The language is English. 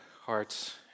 hearts